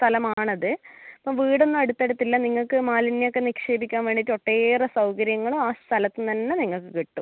സ്ഥലം ആണ് അത് അപ്പോൾ വീട് ഒന്നും അടുത്ത് അടുത്ത് ഇല്ല നിങ്ങൾക്ക് മാലിന്യമൊക്കെ നിക്ഷേപിക്കാൻ വേണ്ടിയിട്ട് ഒട്ടേറെ സൗകര്യങ്ങളും ആ സ്ഥലത്ത് നിന്ന് തന്നെ നിങ്ങൾക്ക് കിട്ടും